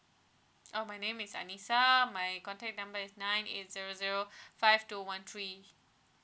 oh my name is anisha my contact number is nine zero zero five two one three